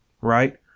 right